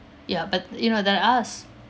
ya but you know they're us